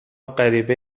غریبه